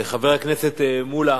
חבר הכנסת שלמה מולה,